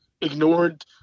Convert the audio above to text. ignored